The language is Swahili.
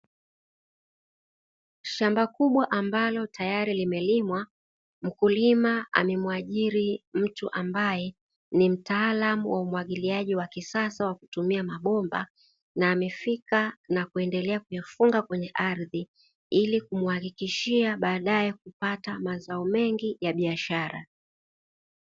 Shamba kubwa ambalo tayari limelimwa mkulima amemuajiri mtu, ambaye ni mtaalamu wa umwagiliaji wa kisasa wa utumiaji wa mabomba na amefika na kuendelea kufunga kwenye ardhi, ili kumwakikishia baadae kupata mazao mengi ya biashara.